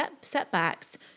setbacks